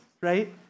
right